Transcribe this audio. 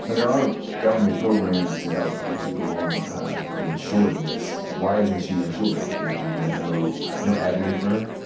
there are government programs to help get people on the insured list. why isn't she insured? is there no no avenue for her?